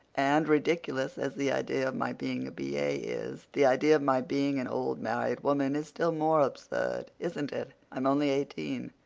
and, ridiculous as the idea of my being a b a. is, the idea of my being an old married woman is still more absurd, isn't it? i'm only eighteen.